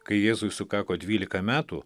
kai jėzui sukako dvylika metų